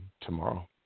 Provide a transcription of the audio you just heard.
tomorrow